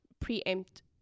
preempt